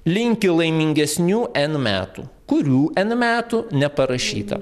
linki laimingesnių n metų kurių n metų neparašyta